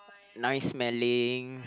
nice smelling